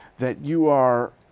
that you are.